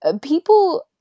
people